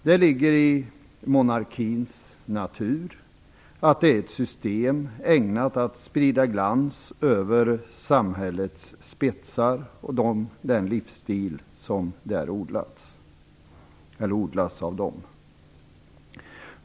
Det ligger i monarkins natur att det är ett system ägnat att sprida glans över samhällets spetsar och den livsstil som odlas av dem.